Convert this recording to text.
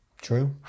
True